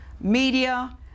media